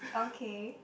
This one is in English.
okay